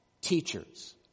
teachers